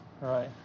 Right